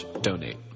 donate